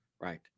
right